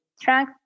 Track